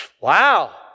Wow